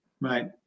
Right